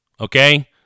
okay